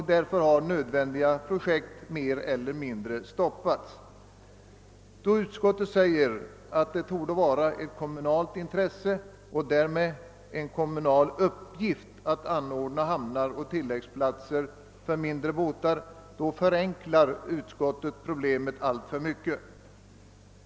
Därför har nödvändiga projekt mer eller mindre stoppats. Då utskottet säger att det torde vara ett kommunalt intresse och därmed en kommunal uppgift att anordna hamnar och tilläggsplatser för mindre båtar, förenklas problemet alltför mycket.